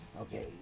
Okay